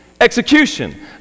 execution